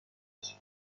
برسید